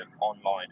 online